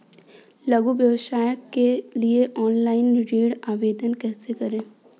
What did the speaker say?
लघु व्यवसाय के लिए ऑनलाइन ऋण आवेदन कैसे करें?